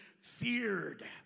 feared